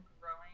growing